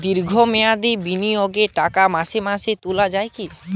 দীর্ঘ মেয়াদি বিনিয়োগের টাকা মাসে মাসে তোলা যায় কি?